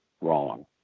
wrong